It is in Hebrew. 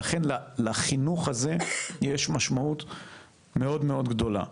ולכן לחינוך הזה יש משמעות מאוד גדולה.